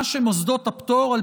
מה שמוסדות הפטור לא עושים,